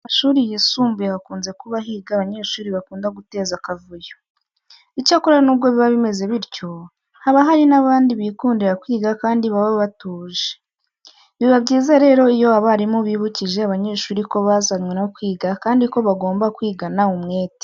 Mu mashuri yisumbuye hakunze kuba higa abanyeshuri bakunda guteza akavuyo. Icyakora nubwo biba bimeze bityo, haba hari n'abandi bikundira kwiga kandi baba batuje. Biba byiza rero iyo abarimu bibukije abanyeshuri ko bazanwe no kwiga kandi ko bagomba kwigana umwete.